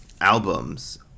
albums